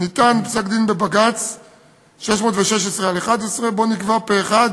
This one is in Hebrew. ניתן פסק-דין בבג"ץ 616/11, שבו נקבע פה-אחד